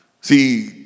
See